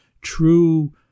true